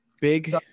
Big